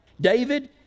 David